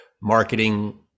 marketing